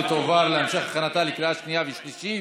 ותועבר להמשך הכנתה לקריאה השנייה והשלישית